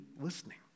listening